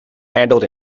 handled